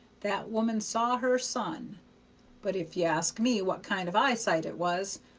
that woman saw her son but if you ask me what kind of eyesight it was,